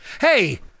Hey